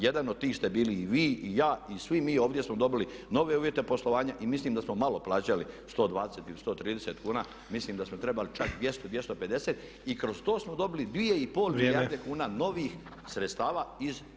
Jedan od tih ste bili i vi i ja i svi mi ovdje smo dobili nove uvjete poslovanja i mislim da smo malo plaćali 120 ili 130 kuna, mislim da smo trebali čak 200, 250 i kroz to smo dobili 2,5 milijarde kuna novih sredstava iz našeg džepa.